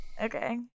okay